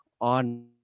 on